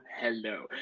hello